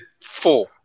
four